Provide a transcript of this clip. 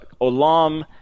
olam